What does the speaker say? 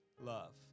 love